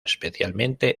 especialmente